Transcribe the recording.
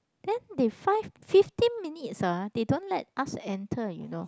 then they five fifteen minutes ah they don't let us enter you know